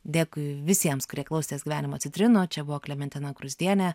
dėkui visiems kurie klausės gyvenimo citrinų čia buvo klementina gruzdienė